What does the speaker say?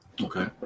Okay